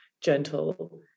gentle